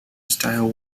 style